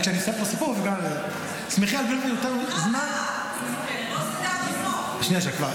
כשאני אסיים את הסיפור --- מה קרה --- לא סיפרת עד הסוף.